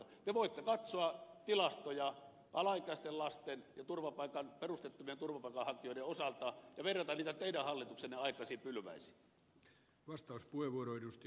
te voitte katsoa tilastoja alaikäisten lasten ja perusteettomien turvapaikanhakijoiden osalta ja verrata niitä teidän hallituksenne aikaisiin pylväisiin